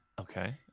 Okay